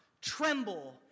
tremble